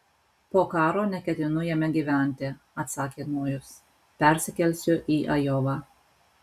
po karo neketinu jame gyventi atsakė nojus persikelsiu į ajovą